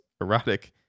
erotic